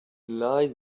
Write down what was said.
lies